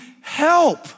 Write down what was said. help